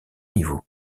niveau